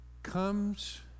comes